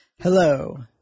Hello